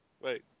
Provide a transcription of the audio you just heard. Wait